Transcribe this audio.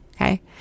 Okay